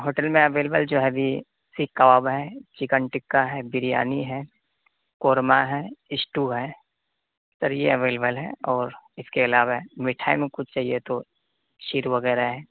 hotel میں available جو ہے ابھی سیخ کباب ہے چکن ٹکہ ہے بریانی ہے قورمہ ہے اسٹو ہے سر یہ اویلیبل ہے اور اس کے علاوہ مٹھائی میں کچھ چاہیے تو شیر وغیرہ ہے